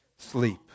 sleep